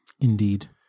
Indeed